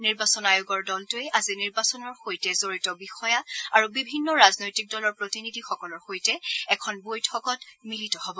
নিৰ্বাচন আয়োগৰ দলটোৱে আজি নিৰ্বাচনৰ সৈতে জড়িত বিষয়া আৰু বিভিন্ন ৰাজনৈতিক দলৰ প্ৰতিনিধিসকলৰ সৈতে এখন বৈঠকত মিলিত হ'ব